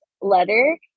letter